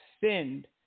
sinned